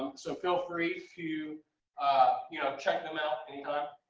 so feel free to, you know, check them out anytime.